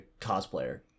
cosplayer